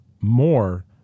more